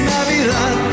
Navidad